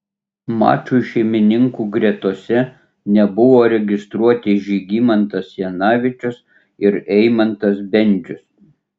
mačui šeimininkų gretose nebuvo registruoti žygimantas janavičius ir eimantas bendžius